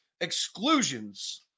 exclusions